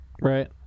right